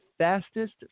fastest